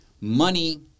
Money